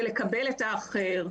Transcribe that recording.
של לקבל את האחר,